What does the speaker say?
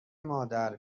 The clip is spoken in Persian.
مادر